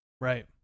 Right